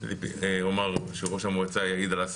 אני חייב להעיד על השר הקודם-קודם.